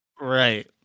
Right